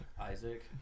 Isaac